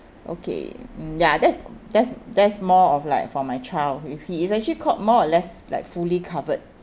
okay mm ya that's that's that's more of like for my child if he is actually called more or less like fully covered